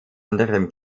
anderem